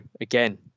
again